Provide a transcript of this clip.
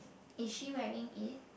is she wearing it